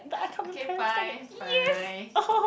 okay fine fine